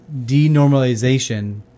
denormalization